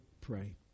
pray